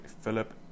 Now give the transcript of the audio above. Philip